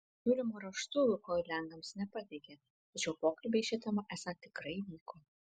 siūlymo raštu lukoil lenkams nepateikė tačiau pokalbiai šia tema esą tikrai vyko